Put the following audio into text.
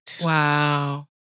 Wow